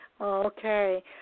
okay